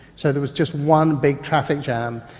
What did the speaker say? so there was just one big traffic jam.